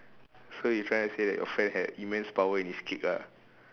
so you trying to say that your friend had immense power in his kick ah